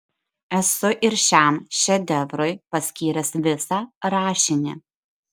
esu ir šiam šedevrui paskyręs visą rašinį